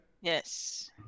Yes